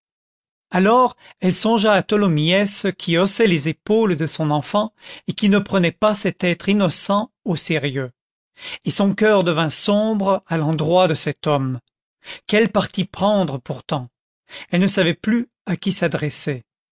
alors elle songea à tholomyès qui haussait les épaules de son enfant et qui ne prenait pas cet être innocent au sérieux et son coeur devint sombre à l'endroit de cet homme quel parti prendre pourtant elle ne savait plus à qui s'adresser